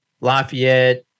Lafayette